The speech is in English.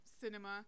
cinema